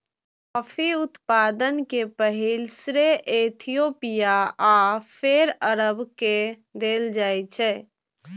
coffee उत्पादन के पहिल श्रेय इथियोपिया आ फेर अरब के देल जाइ छै